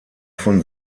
von